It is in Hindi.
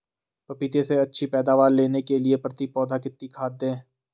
पपीते से अच्छी पैदावार लेने के लिए प्रति पौधा कितनी खाद दें?